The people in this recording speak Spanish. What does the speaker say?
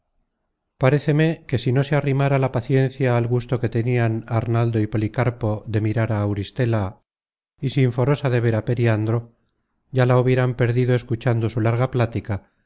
paréceme que si no se arrimara la paciencia al gusto que tenian arnaldo y policarpo de mirar á auristela y sinforosa de ver á periandro ya la hubieran perdido escuchando su larga plática